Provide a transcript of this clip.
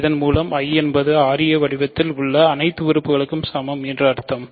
இதன் மூலம் I என்பது ra வடிவத்தில் உள்ள அனைத்து உறுப்புகளுக்கும் சமம் என்று அர்த்தம்